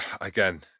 again